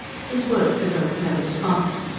his words evoked no response.